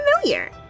familiar